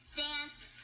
dance